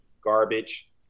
garbage